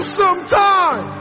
sometime